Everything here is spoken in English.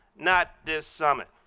not this summit.